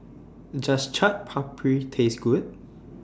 Does Chaat Papri Taste Good